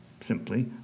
simply